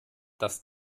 das